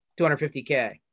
250k